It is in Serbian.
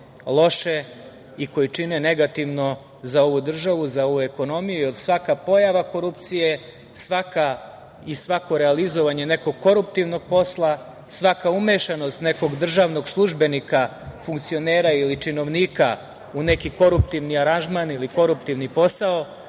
i koji čine negativno za ovu državu, za ovu ekonomiju. Svaka pojava korupcije i svako realizovanje nekog koruptivnog posla, svaka umešanost nekog državnog službenika, funkcionera ili činovnika u neki koruptivni aranžman ili koruptivni posao